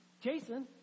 Jason